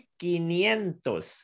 quinientos